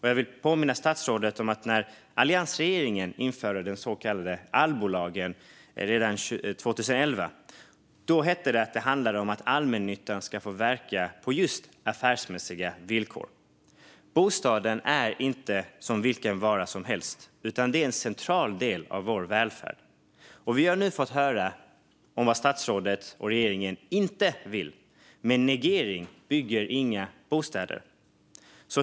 Jag vill påminna statsrådet om att det redan när alliansregeringen införde den så kallade allbolagen 2011 hette att det handlade om att allmännyttan skulle få verka på just affärsmässiga villkor. Bostaden är inte som vilken vara som helst, utan det är en central del av vår välfärd. Vi har nu fått höra om vad statsrådet och regeringen inte vill, men negering bygger inga bostäder.